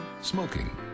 smoking